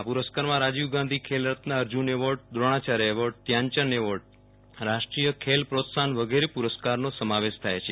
આ પુરસ્કારમાં Rajiv Gandhi Khel Ratna award Arjuna award Dronacharya award Dhyan Chand award રાષ્ટ્રીય ખેલ પ્રોત્સાહન વગેરે પુરસ્કારનો સમાવેશ થાય છે